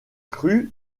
crues